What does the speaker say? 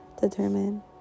determine